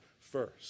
first